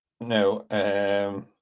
no